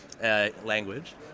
language